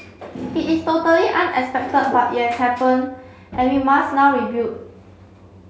it is totally unexpected but it has happen and we must now rebuild